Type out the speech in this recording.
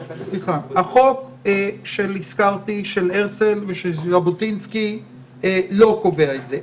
החוקים שהזכרתי של הרצל ושל ז'בוטינסקי לא קובע את זה.